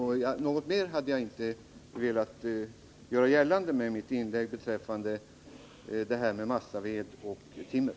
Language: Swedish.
Något mer har jag inte velat göra gällande med mitt inlägg beträffande massaved och timmer.